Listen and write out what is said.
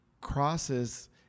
crosses